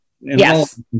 Yes